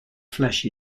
flesh